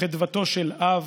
חדוותו של אב,